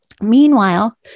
Meanwhile